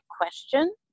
question